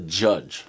judge